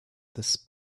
this